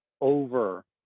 over